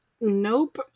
nope